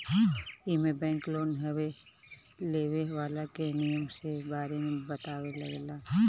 एमे bank loan लेवे वाला के सब नियम के बारे में बतावे ला